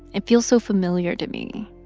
it feels so familiar to me.